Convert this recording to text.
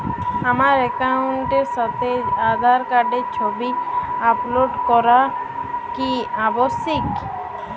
আমার অ্যাকাউন্টের সাথে আধার কার্ডের ছবি আপলোড করা কি আবশ্যিক?